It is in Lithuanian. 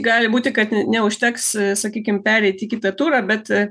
gali būti kad neužteks sakykim pereiti į kitą turą bet